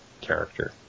character